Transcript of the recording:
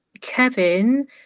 kevin